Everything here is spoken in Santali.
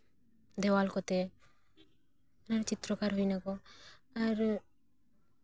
ᱫᱮᱣᱟᱞ ᱠᱚᱛᱮ ᱪᱤᱛᱨᱚᱠᱟᱨ ᱦᱩᱭᱱᱟᱠᱚ ᱟᱨ